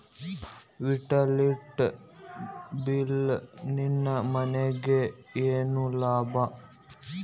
Utility bill ನಿಂದ್ ನಮಗೇನ ಲಾಭಾ?